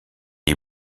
est